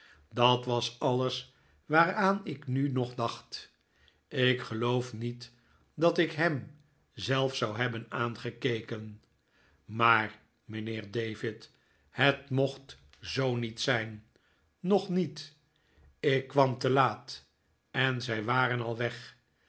dat was alles waaraan ik nu nog dacht ik geloof niet dat ik hem zelfs zou hebben aangekeken maar mijnheer david het mocht zoo niet zijn nog niet ik kwam te laat en zij waren al weg